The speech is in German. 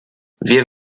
wir